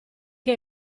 che